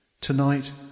Tonight